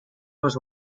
was